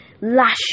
lash